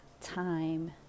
time